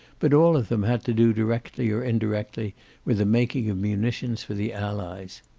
but all of them had to do directly or indirectly with the making of munitions for the allies.